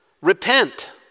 repent